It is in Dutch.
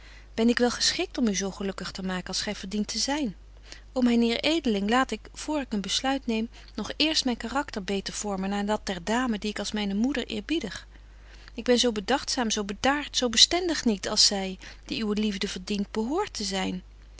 ben ik wel geschikt om u zo gelukkig te maken als gy verdient te zyn ô myn heer edeling laat ik vr ik een besluit neem nog eerst myn karakter beter vormen naar dat der dame die ik als myne moeder eerbiedig ik ben zo bedagtzaam zo bedaart zo bestendig niet als zy die uwe liefde verdient behoort te zyn